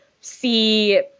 see